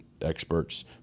experts